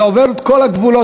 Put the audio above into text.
זה עובר את כל הגבולות.